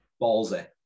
ballsy